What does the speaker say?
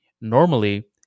Normally